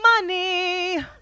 Money